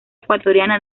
ecuatoriana